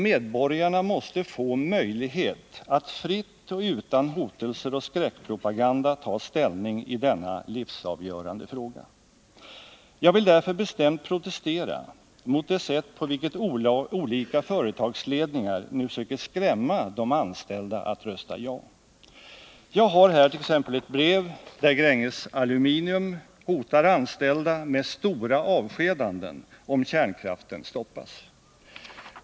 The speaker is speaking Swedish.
Medborgarna måste få möjlighet att fritt och utan hotelser och skräckpropaganda ta ställning i denna livsavgörande fråga. Jag vill därför bestämt protestera mot det sätt på vilket olika företagsledningar nu försöker skrämma de anställda att rösta ja. Jag har här t.ex. ett brev där Gränges Aluminium hotar anställda med stora avskedanden om kärnkraften stoppas.